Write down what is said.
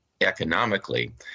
economically